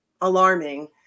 alarming